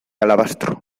alabastro